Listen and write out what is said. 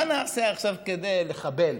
מה נעשה עכשיו כדי לחבל